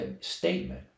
statement